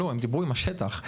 הם דיברו עם השטח.